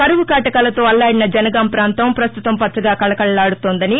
కరువు కాటకాలో అల్లాడిన జనగాం ప్రాంతం ప్రస్తుతం పచ్చగా కళకళలాడుతోందని